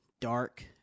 dark